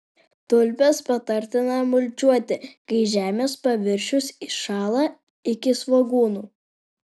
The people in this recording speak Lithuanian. tulpes patartina mulčiuoti kai žemės paviršius įšąla iki svogūnų